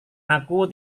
aku